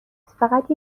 فقط